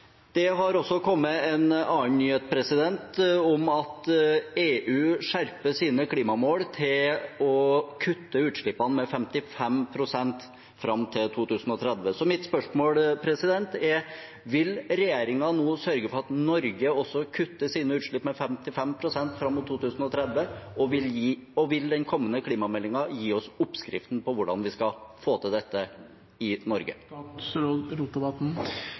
Det har også kommet en annen nyhet om at EU skjerper sine klimamål til å kutte utslippene med 55 pst. fram til 2030. Så mitt spørsmål er: Vil regjeringen nå sørge for at også Norge kutter sine utslipp med 55 pst. fram mot 2030, og vil den kommende klimameldingen gi oss oppskriften på hvordan vi skal få til dette i Norge?